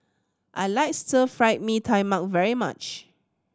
I like Stir Fried Mee Tai Mak very much